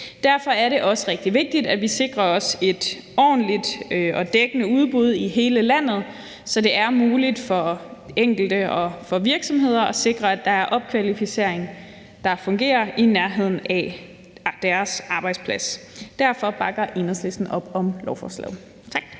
Derfor er det også rigtig vigtigt, at vi sikrer os et ordentligt og dækkende udbud i hele landet, så det er muligt for enkelte og for virksomheder at sikre, at der er opkvalificering, der fungerer, i nærheden af deres arbejdsplads. Derfor bakker Enhedslisten op om lovforslaget.